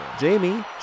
Jamie